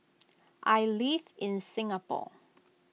I live in Singapore